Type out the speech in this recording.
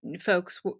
folks